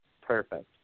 Perfect